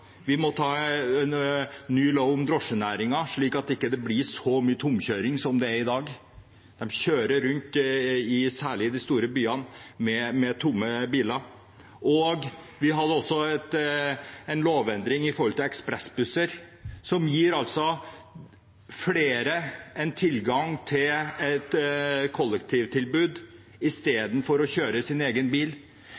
Vi måtte ha ny lov om drosjenæringen, slik at det ikke blir så mye tomkjøring som det er i dag. De kjører rundt, særlig i de store byene, med tomme biler. Vi hadde også en lovendring om ekspressbusser, som gir flere tilgang til et kollektivtilbud,